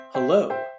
Hello